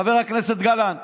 חבר הכנסת גלנט,